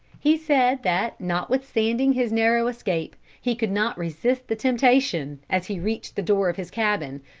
he said that notwithstanding his narrow escape, he could not resist the temptation, as he reached the door of his cabin,